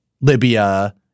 Libya